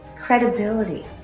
Credibility